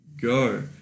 go